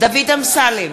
דוד אמסלם,